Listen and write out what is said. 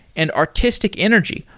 and artistic energy,